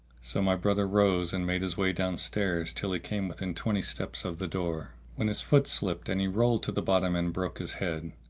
so my brother rose and made his way downstairs, till he came within twenty steps of the door, when his foot slipped and he rolled to the bottom and broke his head.